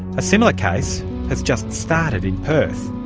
a similar case has just started in perth.